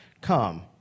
Come